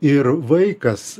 ir vaikas